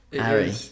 Harry